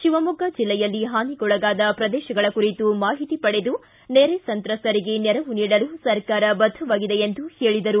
ಶಿವಮೊಗ್ಗ ಜಲ್ಲೆಯಲ್ಲಿ ಹಾನಿಗೊಳಗಾದ ಪ್ರದೇಶಗಳ ಕುರಿತು ಮಾಹಿತಿ ಪಡೆದು ನೆರೆ ಸಂತ್ರಸ್ತರಿಗೆ ನೆರವು ನೀಡಲು ಸರ್ಕಾರ ಬದ್ದವಾಗಿದೆ ಎಂದು ಹೇಳದರು